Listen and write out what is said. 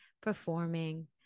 performing